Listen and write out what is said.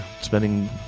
spending